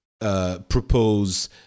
propose